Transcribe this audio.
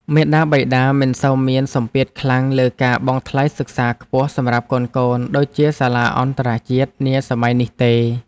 មាតាបិតាមិនសូវមានសម្ពាធខ្លាំងលើការបង់ថ្លៃសិក្សាខ្ពស់សម្រាប់កូនៗដូចជាសាលាអន្តរជាតិនាសម័យនេះទេ។